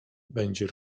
będzie